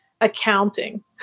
accounting